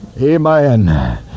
amen